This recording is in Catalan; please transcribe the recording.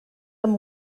amb